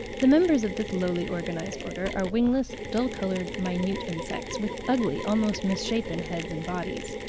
the members of this lowly organised order are wingless, dull-coloured, minute insects, with ugly, almost misshapen heads and bodies.